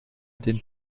den